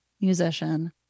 musician